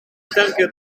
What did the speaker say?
sterker